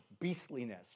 beastliness